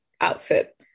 outfit